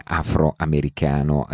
afroamericano